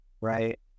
right